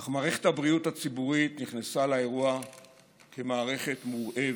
אך מערכת הבריאות הציבורית נכנסה לאירוע כמערכת מורעבת,